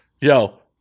yo